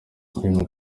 jimmy